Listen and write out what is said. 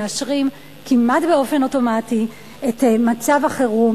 מאשרים כמעט באופן אוטומטי את מצב החירום.